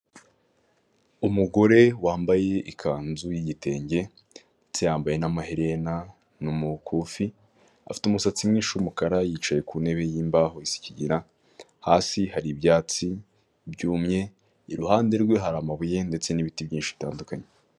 Umugore wambaye ikanzu y'igitenge ndetse yambaye n'amaherena n'umukufi, afite umusatsi mwinshi w'umukara yicaye ku ntebe y'imbaho isi ikigina, hasi hari ibyatsi byumye, iruhande rwe hari amabuye ndetse n'ibiti byinshi bitandukanye.